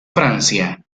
francia